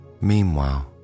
Meanwhile